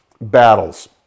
battles